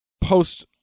post